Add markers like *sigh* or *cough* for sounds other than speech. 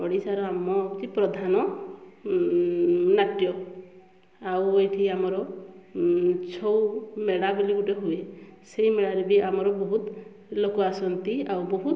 ଓଡ଼ିଶାର ଆମ *unintelligible* ପ୍ରଧାନ ନାଟ୍ୟ ଆଉ ଏଇଠି ଆମର ଛଉ ମେଳା ବୋଲି ଗୋଟେ ହୁଏ ସେଇ ମେଳାରେ ବି ଆମର ବହୁତ ଲୋକ ଆସନ୍ତି ଆଉ ବହୁତ